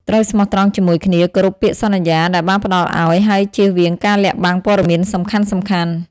ជាពិសេស ការកសាងទំនុកចិត្ត គឺជារឿងសំខាន់បំផុតក្នុងទំនាក់ទំនងចម្ងាយឆ្ងាយ។